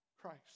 christ